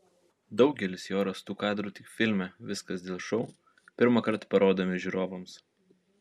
daugelis jo rastų kadrų tik filme viskas dėl šou pirmą kartą parodomi žiūrovams